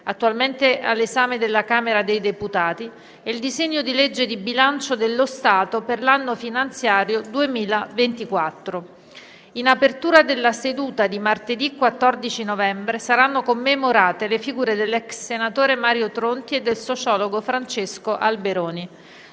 attualmente all'esame della Camera dei deputati, e il disegno di legge di bilancio dello Stato per l'anno finanziario 2024. In apertura della seduta di martedì 14 novembre saranno commemorate le figure dell'ex senatore Mario Tronti e del sociologo Francesco Alberoni.